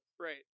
Right